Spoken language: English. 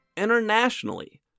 Internationally